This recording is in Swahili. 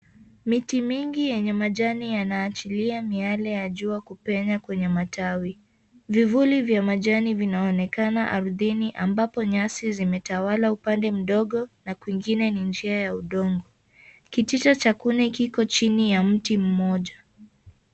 Miti mingi yenye majani yanaachilia miale ya jua kupenya kwenye matawi. Vivuli vya majani vinaonekana ardhini ambapo nyasi zimetawala upande mdogo na kwingine ni njia ya udongo. Kitita cha kuni kiko chini ya mti mmoja.